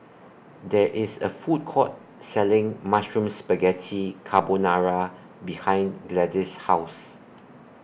There IS A Food Court Selling Mushroom Spaghetti Carbonara behind Gladis' House